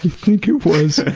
think it was,